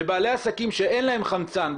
שלבעלי עסקים שאין להם חמצן,